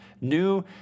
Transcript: new